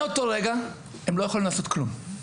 מאותו רגע הם לא יכולים לעשות כלום.